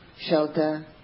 shelter